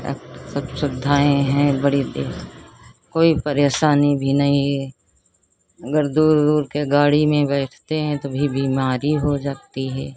अब सब सुविधाएँ हैं बड़ी बे कोई परेशानी भी नहीं है अगर दूर दूर के गाड़ी में बैठते हैं तभी बीमारी हो जाती हैं